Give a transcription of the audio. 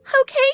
Okay